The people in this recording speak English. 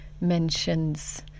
mentions